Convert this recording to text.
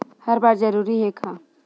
हर बार जरूरी हे का?